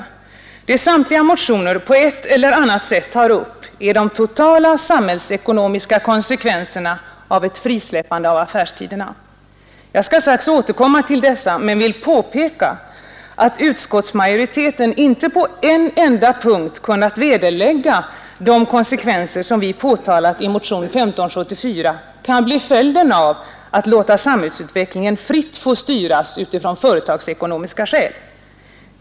Något som tas upp i samtliga motioner på ett eller annat sätt är de totala samhällsekonomiska konsekvenserna av ett frisläppande av affärstiderna. Jag skall strax återkomma till dessa men vill påpeka att utskottsmajoriteten inte på en enda punkt kunnat vederlägga att de konsekvenser som vi påtalat i motionen 1574 kan bli följden av att låta samhällsutvecklingen fritt styras av de företagsekonomiska skälen.